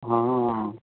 हां हां